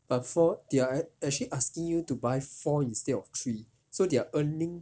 err four they a~ actually asking you to buy four instead of three so they're earning